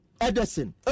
Edison